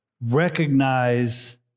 recognize